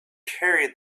carried